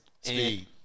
speed